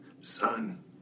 Son